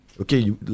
okay